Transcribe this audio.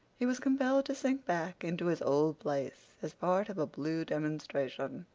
he was compelled to sink back into his old place as part of a blue demonstration.